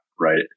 right